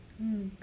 mm